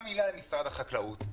מילה למשרד החקלאות.